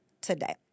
today